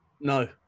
No